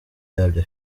yabyo